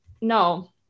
no